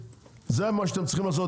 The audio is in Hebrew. זה מה שאתם צריכים לעשות.